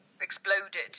exploded